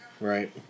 right